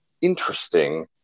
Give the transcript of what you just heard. interesting